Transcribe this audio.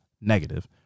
negative